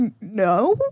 no